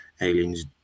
aliens